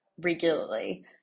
regularly